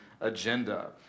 agenda